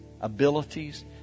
abilities